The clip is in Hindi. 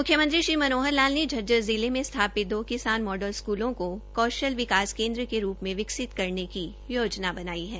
म्ख्यमंत्री श्री मनोहर लाल ने झज्जर जिले में स्थापित दो किसान मॉडल स्कूलों को कौशल विकास केन्द्र के रूप में विकसित करने की योजना बनाई है